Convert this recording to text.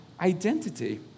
identity